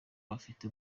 bafite